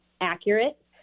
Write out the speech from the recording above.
accurate